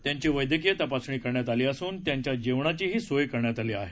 त्यांची वैद्यकीय तपासणी करण्यात आली असून त्यांच्या जेवणाचीही सोय करण्यात आली आहे